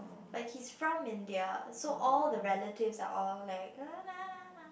but he's from India so all the relatives are all like